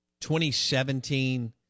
2017